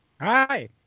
Hi